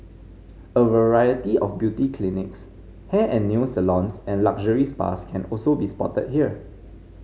a variety of beauty clinics hair and nail salons and luxury spas can also be spotted here